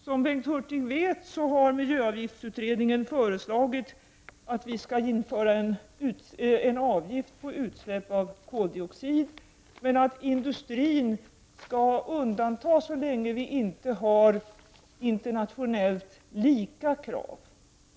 Som Bengt Hurtig vet har miljöavgiftsutredningen föreslagit att vi skall införa en avgift på utsläpp av koldioxid, men att industrin skall undantas så länge det inte finns internationellt lika krav.